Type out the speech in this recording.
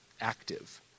active